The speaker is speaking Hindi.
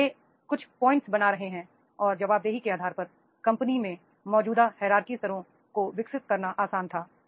और हे कुछ पॉइंट्स बना रहे हैं और जवाबदेही के आधार पर कंपनी में मौजूदा हैरारकी स्तरों को विकसित करना आसान था